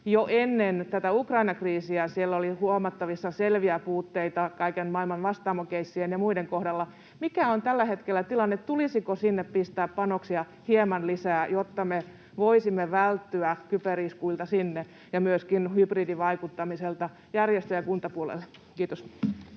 Jo ennen tätä Ukraina-kriisiä siellä oli huomattavissa selviä puutteita kaiken maailman Vastaamo-keissien ja muiden kohdalla. Mikä on tällä hetkellä tilanne? Tulisiko sinne pistää panoksia hieman lisää, jotta me voisimme välttyä kyberiskuilta sinne ja myöskin hybridivaikuttamiselta järjestö- ja kuntapuolelle? — Kiitos.